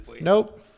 Nope